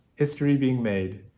history being made,